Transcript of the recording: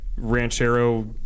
Ranchero